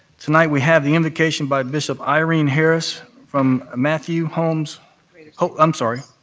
tonight we have the invocation by bishop irene harris from matthew holmes holmes um sorry,